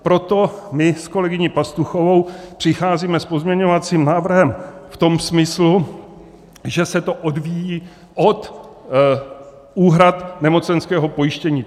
Proto my s kolegyní Pastuchovou přicházíme s pozměňovacím návrhem v tom smyslu, že se to odvíjí od úhrad nemocenského pojištění.